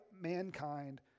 mankind